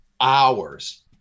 hours